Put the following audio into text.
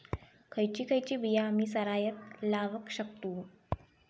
खयची खयची बिया आम्ही सरायत लावक शकतु?